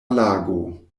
lago